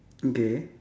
okay